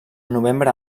novembre